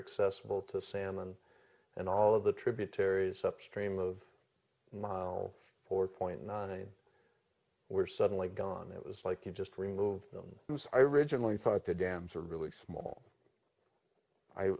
accessible to salmon and all of the tributaries upstream of mile four point nine were suddenly gone it was like you just removed them whose i originally thought the dams were really small i